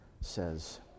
says